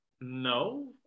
no